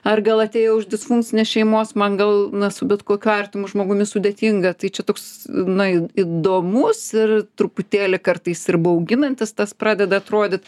ar gal atėjau iš disfunkcinės šeimos man gal na su bet kokiu artimu žmogumi sudėtinga tai čia toks na į įdomus ir truputėlį kartais ir bauginantis tas pradeda atrodyt